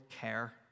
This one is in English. care